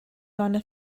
gonna